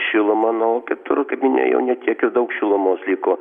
šiluma na o kitur kaip minėjau ne tiek ir daug šilumos liko